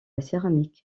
céramique